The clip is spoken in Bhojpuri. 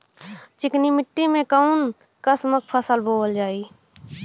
चिकनी मिट्टी में कऊन कसमक फसल बोवल जाई?